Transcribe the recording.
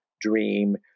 dream